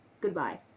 goodbye